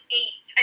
eight